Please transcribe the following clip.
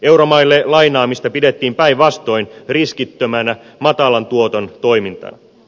euromaille lainaamista pidettiin päinvastoin riskittömänä matalan tuoton toimintana